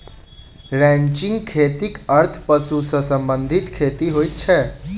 ranching खेतीक अर्थ पशु सॅ संबंधित खेती होइत अछि